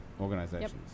organizations